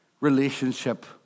relationship